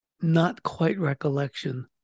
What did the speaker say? not-quite-recollection